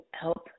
help